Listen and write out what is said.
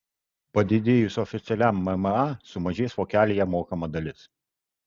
padidėjus oficialiam mma sumažės vokelyje mokama dalis